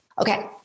Okay